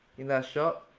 in that shot?